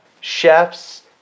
chefs